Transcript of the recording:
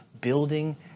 building